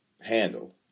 handle